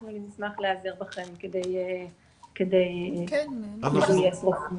אנחנו נשמח להיעזר בכם כדי לגייס רופאים.